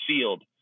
field